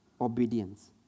obedience